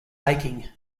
aching